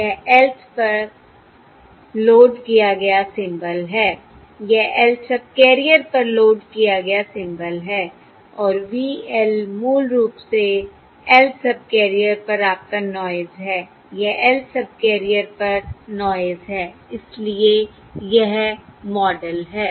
यह lth पर load किया गया सिंबल है यह lth सबकैरियर पर लोड किया गया सिंबल है और V l मूल रूप से lth सबकैरियर पर आपका नॉयस है यह lth सबकैरियर पर नॉयस है इसलिए यह मॉडल है